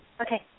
Okay